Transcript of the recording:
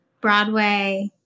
Broadway